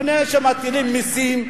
לפני שמטילים מסים,